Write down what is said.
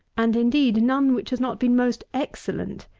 and indeed none which has not been most excellent,